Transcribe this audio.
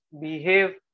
behave